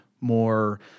more